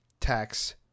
tax